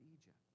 Egypt